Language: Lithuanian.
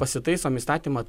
pasitaisom įstatymą